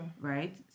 right